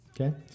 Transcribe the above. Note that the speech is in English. okay